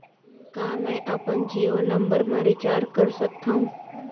का मैं अपन जीयो नंबर म रिचार्ज कर सकथव?